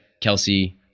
Kelsey